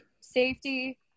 safety